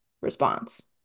response